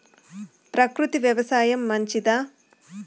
ప్రకృతి వ్యవసాయం మంచిదా?